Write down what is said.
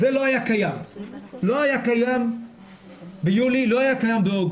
זה לא היה קיים ביולי, לא היה קיים באוגוסט.